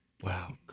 Wow